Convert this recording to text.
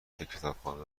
کتابخانه